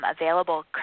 available